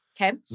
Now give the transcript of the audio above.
Okay